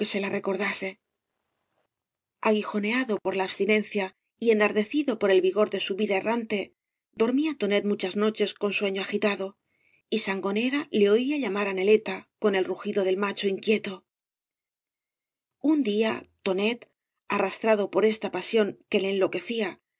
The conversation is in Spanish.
la recordase aguijoneado por la abstinencia y enardecido por el vigor de su vida errante dormía tonet muchas noches con sueño agitado y sangonera le oía llamar á neleta con el rugido del macho inquieto un día tonet arrastrado por esta pasión que le enloquecía